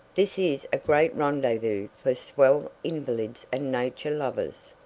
this is a great rendezvous for swell invalids and nature lovers,